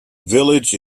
village